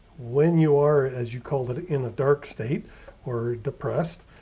when you are, as you call it in a dark state or depressed,